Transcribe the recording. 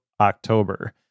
October